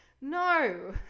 No